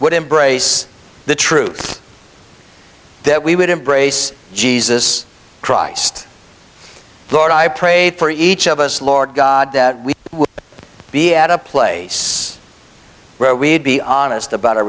would embrace the truth that we would embrace jesus christ lord i prayed for each of us lord god that we would be at a place where we'd be honest about our